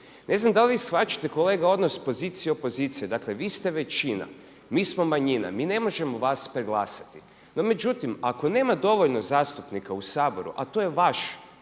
Ne znam da li vi shvaćate kolega odnos pozicije i opozicije, dakle vi ste većina, mi smo manjina, mi ne možemo vas prelgasati. No međutim, ako nema dovoljno zastupnika u Saboru, a to je vaš